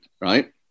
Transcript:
right